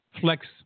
flex